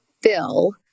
fill